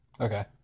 okay